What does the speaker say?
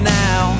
now